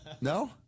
No